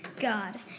God